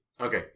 okay